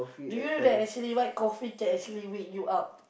do you know that actually white coffee can actually wake you up